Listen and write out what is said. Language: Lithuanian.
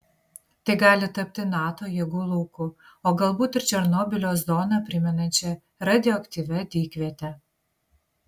tai gali tapti nato jėgų lauku o galbūt ir černobylio zoną primenančia radioaktyvia dykviete